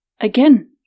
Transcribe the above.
Again